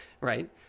right